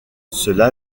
cela